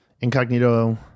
incognito